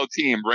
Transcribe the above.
team